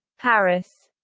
paris!